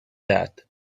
that